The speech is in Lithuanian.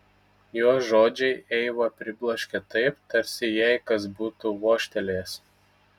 jo žodžiai eivą pribloškė taip tarsi jai kas būtų vožtelėjęs